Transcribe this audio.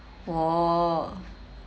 oh